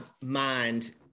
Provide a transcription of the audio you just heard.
mind